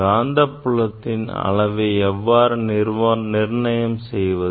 காந்தப் புலத்தின் அளவை எவ்வாறு நிர்ணயம் செய்வது